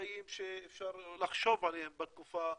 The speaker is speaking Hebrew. החיים שאפשר לחשוב עליהם בתקופה הנוכחית,